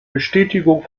bestätigung